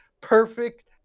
perfect